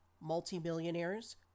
multimillionaires